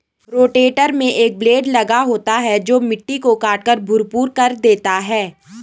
rotator में एक blade लगा होता है जो मिट्टी को काटकर भुरभुरा कर देता है